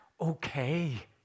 okay